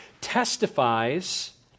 testifies